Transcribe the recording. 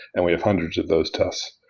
and we have hundreds of those tests.